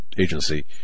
agency